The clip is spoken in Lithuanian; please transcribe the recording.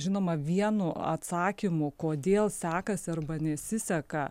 žinoma vienu atsakymu kodėl sekasi arba nesiseka